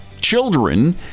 children